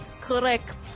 correct